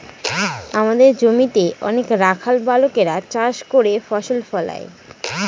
আমাদের জমিতে অনেক রাখাল বালকেরা চাষ করে ফসল ফলায়